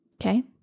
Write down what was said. Okay